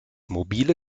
mobile